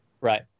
Right